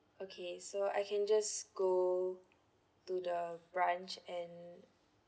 okay so I can just go to the branch and